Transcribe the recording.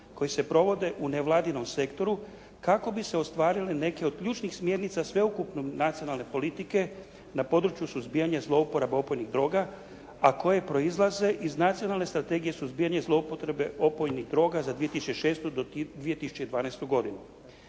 koji se provode u nevladinom sektoru kako bi se ostvarile neke od ključnih smjernica sveukupne nacionalne politike na području suzbijanja zlouporabe opojnih droga, a koje proizlaze iz nacionalne strategije suzbijanja zloupotrebe opojnih droga za 2006. do 2012. godinu.